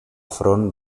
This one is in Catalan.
front